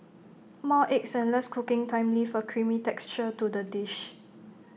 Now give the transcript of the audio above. more eggs and less cooking time leave A creamy texture to the dish